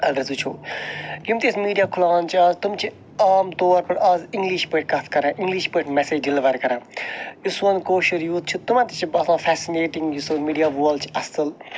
اگر أسۍ وٕچھو یِم تہِ أسۍ میٖڈیا کھُلاوان چھِ آز تِم چھِ عام طور پیٚٹھ آز اِنٛگلِش پٲٹھۍ کتھ کَران اِنٛگلِش پٲٹھۍ میٚسیج ڈلوَر کَران یُس سون کٲشُر یوٗتھ چھُ تمَن تہ چھ باسان فیسِنیٹِنٛگ یہِ سون میٖڈیا وول چھُ اصل